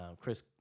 Chris